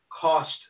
cost